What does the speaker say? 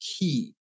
key